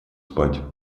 спать